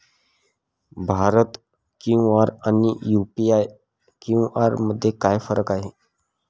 Bharat QR आणि UPI QR मध्ये काय फरक आहे?